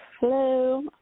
Hello